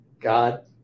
God